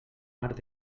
arc